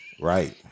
Right